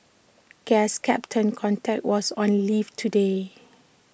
guess captain context was on leave today